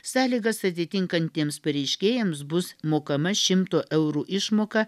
sąlygas atitinkantiems pareiškėjams bus mokama šimto eurų išmoka